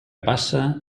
passa